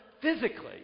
physically